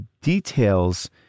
details